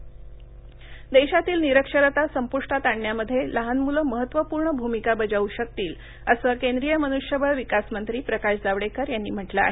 जावडेकर देशातील निरक्षरता संपृष्टात आणण्यामध्ये लहान मुलं महत्त्वपूर्ण भूमिका बजावू शकतील असं केंद्रीय मनुष्यबळ विकास मंत्री प्रकाश जावडेकर यांनी म्हटलं आहे